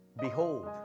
Behold